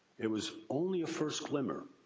it was only a first glimmer.